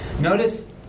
Notice